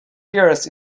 years